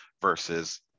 versus